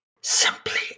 simply